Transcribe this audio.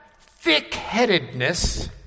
thick-headedness